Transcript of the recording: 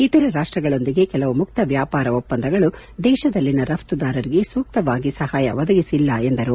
ಇತರ ರಾಷ್ಟಗಳೊಂದಿಗೆ ಕೆಲವು ಮುಕ್ತ ವ್ಯಾಪಾರ ಒಪ್ಪಂದಗಳು ದೇಶದಲ್ಲಿನ ರಘುದಾರರಿಗೆ ಸೂಕ್ತವಾಗಿ ಸಹಾಯ ಒದಗಿಸಿಲ್ಲ ಎಂದರು